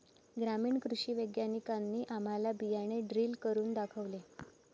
ग्रामीण कृषी वैज्ञानिकांनी आम्हाला बियाणे ड्रिल करून दाखवले